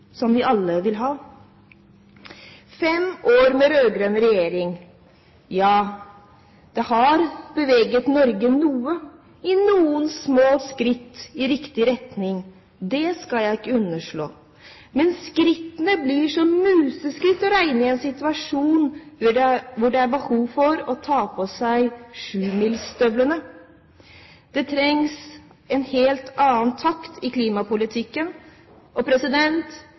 som vi alle vil ha. Fem år med rød-grønn regjering har beveget Norge med noen små skritt i riktig retning. Det skal jeg ikke underslå. Men skrittene blir som museskritt å regne i en situasjon der det er behov for å ta på seg sjumilsstøvler. Det trengs en helt annen takt i klimapolitikken.